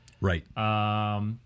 Right